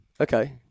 Okay